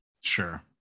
Sure